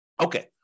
Okay